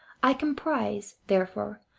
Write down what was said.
i comprise, therefore,